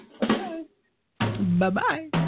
Bye-bye